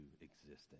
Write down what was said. existence